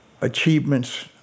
achievements